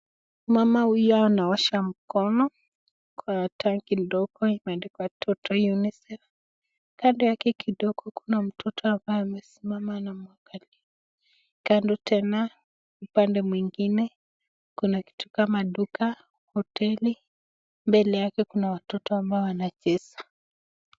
Mama huyu anaosha mkono, kwa tangi dogo imeaandikwa Total UNICEF,(cs), kando yake kidogo kuna mtoto ambaye amesimama na m, kando Tena upande mwingine Kuna kituo kama duka, hoteli, mbele yake Kuna watoto ambao wanacheza .